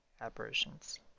apparitions